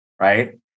right